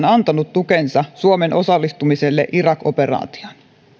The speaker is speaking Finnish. antanut tukensa suomen osallistumiselle irak operaatioon